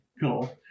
Cool